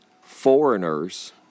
foreigners